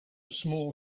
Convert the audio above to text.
small